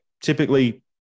typically